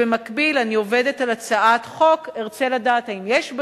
במקביל אני עובדת על הצעת חוק וארצה לדעת אם יש בה